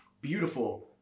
beautiful